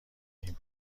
این